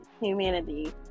humanity